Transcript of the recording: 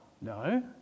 No